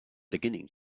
beginning